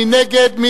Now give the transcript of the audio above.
מי נגד?